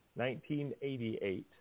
1988